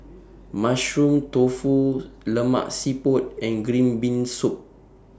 Mushroom Tofu Lemak Siput and Green Bean Soup